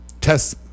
test